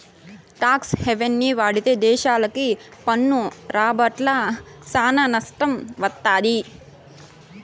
talks హెవెన్ని వాడితే దేశాలకి పన్ను రాబడ్ల సానా నట్టం వత్తది